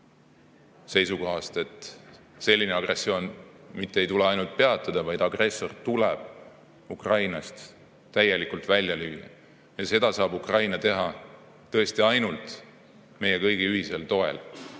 seisukohast, et agressioon mitte ei tule ainult peatada, vaid agressor tuleb Ukrainast täielikult välja lüüa. Seda saab Ukraina teha tõesti ainult meie kõigi ühisel toel.